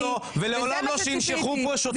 מלחמת אחים לעולם לא ולעולם לא שינשכו פה שוטרים